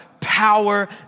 power